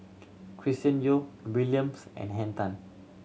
Chris Yeo Williams and Henn Tan